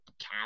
cap